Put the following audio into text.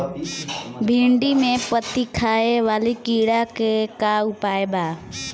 भिन्डी में पत्ति खाये वाले किड़ा के का उपाय बा?